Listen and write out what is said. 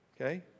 Okay